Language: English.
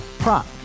Prop